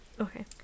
Okay